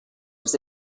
was